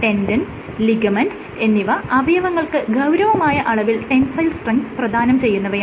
tendon ligament എന്നിവ അവയവങ്ങൾക്ക് ഗൌരവമായ അളവിൽ ടെൻസൈൽ സ്ട്രെങ്ത് പ്രധാനം ചെയ്യുന്നവയാണ്